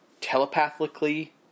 telepathically